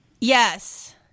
Yes